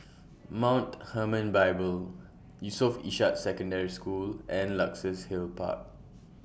Mount Hermon Bible Yusof Ishak Secondary School and Luxus Hill Park